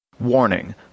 Warning